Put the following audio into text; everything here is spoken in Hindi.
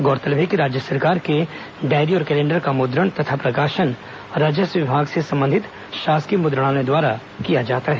उल्लेखनीय है कि राज्य सरकार के डायरी और कैलेण्डर का मुद्रण तथा प्रकाशन राजस्व विभाग से संबंधित शासकीय मुद्रणालय द्वारा किया जाता है